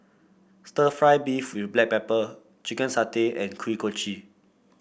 stir fry beef with Black Pepper Chicken Satay and Kuih Kochi